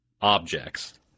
objects